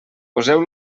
poseu